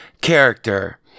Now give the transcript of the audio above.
character